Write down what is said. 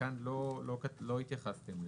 כאן לא התייחסתם לזה.